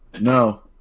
No